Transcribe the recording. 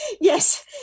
Yes